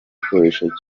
gikoresho